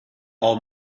all